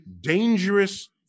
dangerous